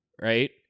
right